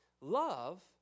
Love